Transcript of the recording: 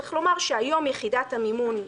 צריך לומר שהיום יחידת המימון,